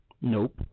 Nope